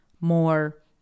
more